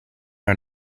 are